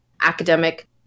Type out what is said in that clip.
academic